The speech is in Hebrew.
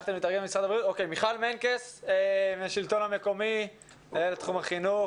מיכל מנקס מן השלטון המקומי, מנהלת תחום החינוך.